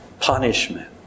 punishment